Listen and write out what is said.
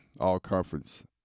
all-conference